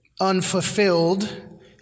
unfulfilled